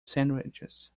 sandwiches